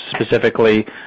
specifically